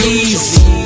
easy